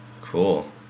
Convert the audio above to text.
cool